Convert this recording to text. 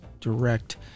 direct